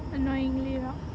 annoyingly loud